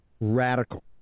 radical